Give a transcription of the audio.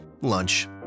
Lunch